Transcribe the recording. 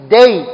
day